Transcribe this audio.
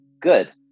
Good